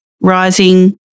rising